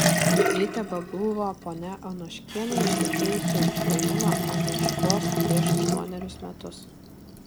ji tebebuvo ponia anoškienė ištekėjusi už svajūno anoškos prieš aštuonerius metus